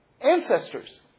ancestors